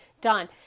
done